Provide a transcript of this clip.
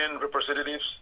representatives